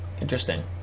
Interesting